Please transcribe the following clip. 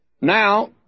Now